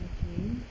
okay